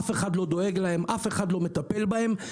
אף אחד לא דואג להם, אף אחד לא מטפל בהם.